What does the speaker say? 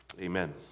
Amen